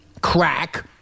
crack